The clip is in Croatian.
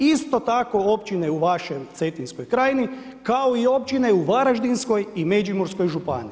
Isto tako općine u vašoj Cetinskoj krajini kao i općine u Varaždinskoj i Međimurskoj županiji.